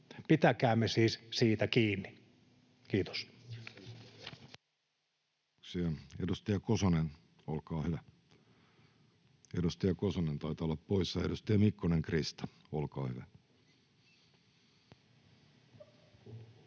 Pitäkäämme siis siitä kiinni. — Kiitos.